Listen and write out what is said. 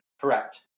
Correct